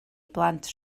blant